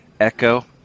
echo